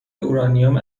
اورانیوم